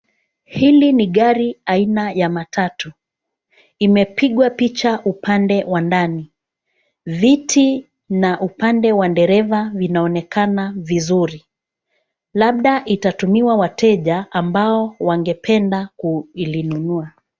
Hili ni gari aina ya matatu. Imepigwa picha upande wa ndani. Viti na upande wa dereva vinaonekana vizuri labda itatumiwa wateja ambao wangependa kulinunua.